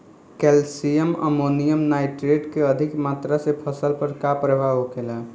Calcium ammonium nitrate के अधिक मात्रा से फसल पर का प्रभाव होखेला?